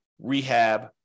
rehab